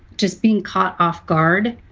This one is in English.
just being caught off guard